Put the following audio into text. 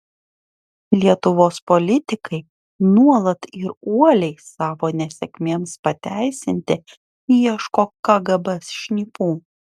lietuvos politikai nuolat ir uoliai savo nesėkmėms pateisinti ieško kgb šnipų